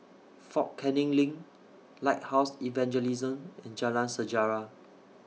Fort Canning LINK Lighthouse Evangelism and Jalan Sejarah